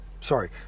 sorry